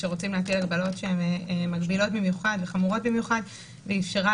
כשרוצים להטיל הגבלות מגבילות וחמורות במיוחד ואפשרה